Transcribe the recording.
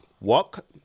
walk